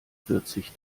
vierzig